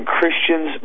Christians